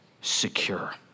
secure